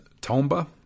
tomba